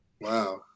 Wow